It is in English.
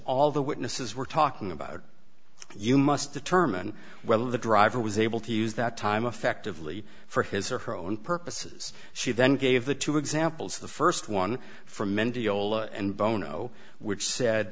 all the witnesses were talking about you must determine whether the driver was able to use that time affectively for his or her own purposes she then gave the two examples the st one from mendiola and bono which said